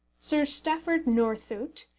sir stafford northcote,